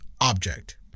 object